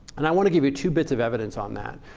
and i want to give you two bits of evidence on that.